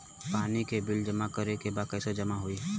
पानी के बिल जमा करे के बा कैसे जमा होई?